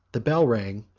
the bell rang,